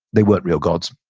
they weren't real gods.